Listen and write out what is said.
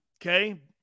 Okay